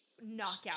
knockout